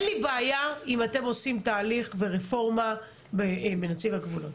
אין לי בעיה אם אתם עושים תהליך ורפורמה בנציב הקבילות.